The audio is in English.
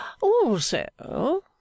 Also—